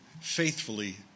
faithfully